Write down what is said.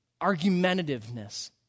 argumentativeness